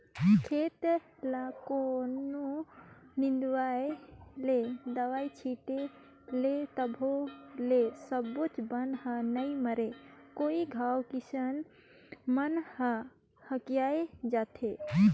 खेत ल कतनों निंदवाय ले, दवई छिटे ले तभो ले सबोच बन हर नइ मरे कई घांव किसान मन ह हकिया जाथे